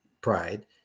pride